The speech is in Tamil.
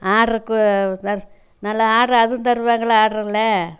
ஆடர்க்கு நல்லா ஆடர் அதுவும் தருவாங்களா ஆடர்ல்